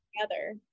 together